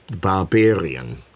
Barbarian